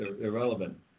irrelevant